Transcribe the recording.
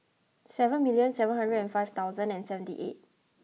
seven million seven hundred and five thousand and seventy eight